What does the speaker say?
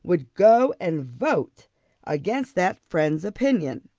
would go and vote against that friend's opinions?